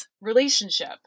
relationship